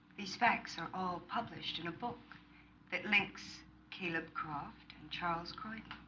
these facts are all published in a book that links caleb croft and charles croydon.